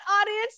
audience